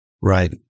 Right